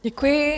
Děkuji.